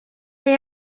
may